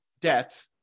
debt